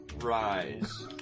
rise